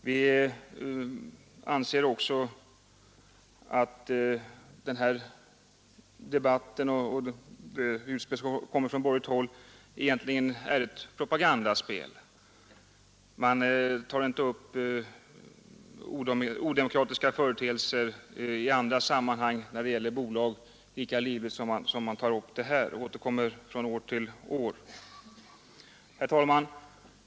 Vi anser också att den här debatten och de utspel som kommer från borgerligt håll egentligen är ett propagandaspel. Man tar inte upp odemokratiska företeelser i andra sammanhang, t.ex. när det gäller bolag, lika livligt som man tar upp den här frågan och återkommer med den år efter år Herr talman!